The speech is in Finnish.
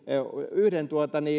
yhden